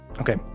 Okay